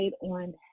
on